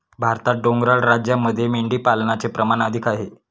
भारतात डोंगराळ राज्यांमध्ये मेंढीपालनाचे प्रमाण अधिक आहे